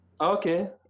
Okay